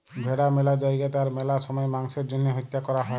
ভেড়া ম্যালা জায়গাতে আর ম্যালা সময়ে মাংসের জ্যনহে হত্যা ক্যরা হ্যয়